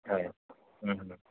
হয়